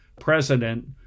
president